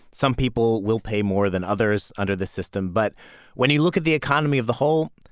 some people will pay more than others under this system. but when you look at the economy of the whole,